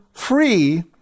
free